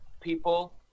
people